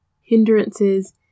hindrances